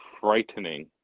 frightening